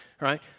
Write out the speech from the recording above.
right